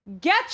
get